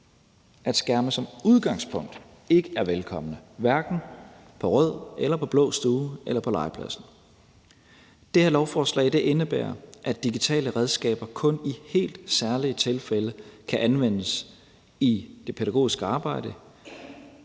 at skærme som udgangspunkt ikke er velkomne, hverken på rød eller på blå stue eller på legepladsen. Det her lovforslag indebærer, at digitale redskaber kun i helt særlige tilfælde kan anvendes i det pædagogiske arbejde,